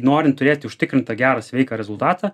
norint turėti užtikrintą gerą sveiką rezultatą